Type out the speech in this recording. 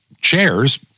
chairs